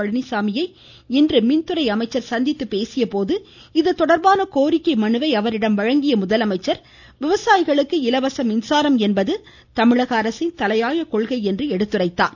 பழனிசாமியை இன்று மின்துறை அமைச்சர் சந்தித்து பேசிய போது இதுதொடர்பான கோரிக்கை மனுவை அவரிடம் வழங்கிய முதலமைச்சர் விவசாயிகளுக்கு இலவச மின்சாரம் என்பது தமிழக அரசின் தலையாய கொள்கை என்று எடுத்துரைத்தார்